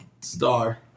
star